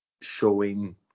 showing